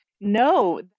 no